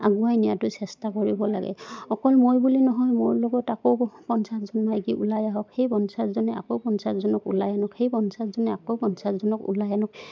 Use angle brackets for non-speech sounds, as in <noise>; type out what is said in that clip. আগুৱাই নিয়াটো চেষ্টা কৰিব লাগে অকল মই বুলি নহয় মোৰ লগত আকৌ <unintelligible> পঞ্চাছজন মাইকী ওলাই আহক সেই পঞ্চাছজনে আকৌ পঞ্চাছজনক ওলাই আনক সেই পঞ্চাছজনে আকৌ পঞ্চাছজনক ওলাই আনক